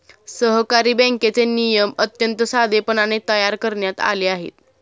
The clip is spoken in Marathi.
सहकारी बँकेचे नियम अत्यंत साधेपणाने तयार करण्यात आले आहेत